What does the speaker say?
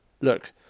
Look